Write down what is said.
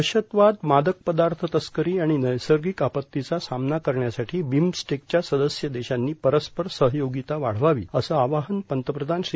दहशतवाद मादक पदार्थ तस्करी आणि नैसर्गिक आपत्तीचा सामना करण्यासाठी बिमस्टेकच्या सदस्य देशांनी परस्पर सहयोगिता वाढवावी असं आवाहन पंतप्रधान श्री